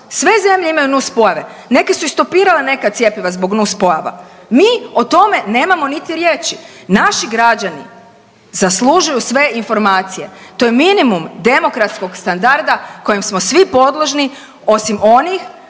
Sve zemlje imaju nuspojave. Neke su i stopirale neka cjepiva zbog nuspojava. Mi o tome nemamo niti riječi. Naši građani zaslužuju sve informacije. To je minimum demokratskog standarda kojem smo svi podložni osim onih